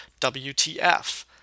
WTF